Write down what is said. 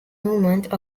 movement